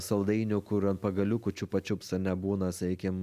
saldainių kur ant pagaliukų chupa chups ane būna sakykim